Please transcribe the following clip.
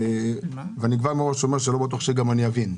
ואני אומר מראש שלא בטוח שאבין.